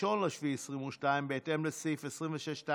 1 ביולי 2022, בהתאם לסעיף 26(2)